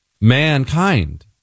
Mankind